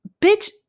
Bitch